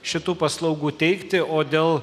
šitų paslaugų teikti o dėl